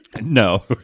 No